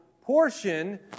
portion